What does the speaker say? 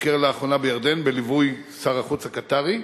ביקר לאחרונה בירדן בליווי שר החוץ הקטארי.